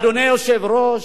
אדוני היושב-ראש,